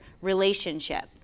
relationship